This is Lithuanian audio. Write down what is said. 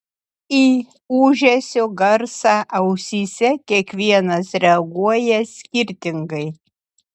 į ūžesio garsą ausyse kiekvienas reaguoja skirtingai